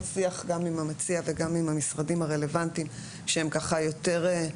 שיח גם עם המציע וגם עם המשרדים הרלוונטיים שהם יותר מקובלים,